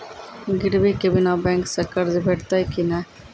गिरवी के बिना बैंक सऽ कर्ज भेटतै की नै?